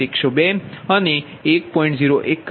102 અને 1